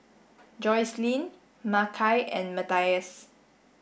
Joycelyn Makai and Matthias